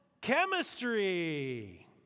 chemistry